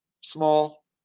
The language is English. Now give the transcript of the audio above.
small